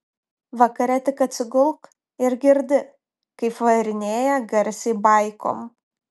vakare tik atsigulk ir girdi kaip varinėja garsiai baikom